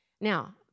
Now